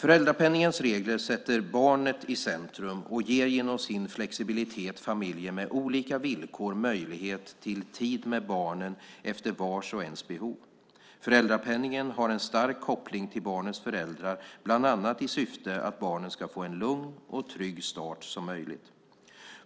Föräldrapenningens regler sätter barnet i centrum och ger genom sin flexibilitet familjer med olika villkor möjlighet till tid med barnen efter vars och ens behov. Föräldrapenningen har en stark koppling till barnets föräldrar bland annat i syfte att barnen ska få en så lugn och trygg start som möjligt.